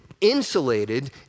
insulated